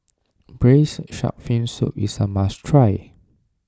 Braised Shark Fin Soup is a must try